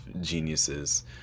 geniuses